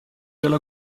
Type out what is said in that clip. della